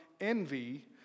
envy